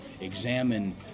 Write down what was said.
examine